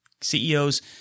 CEOs